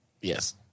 Yes